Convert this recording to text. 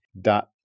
dot